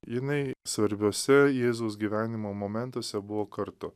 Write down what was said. jinai svarbiuose jėzaus gyvenimo momentuose buvo kartu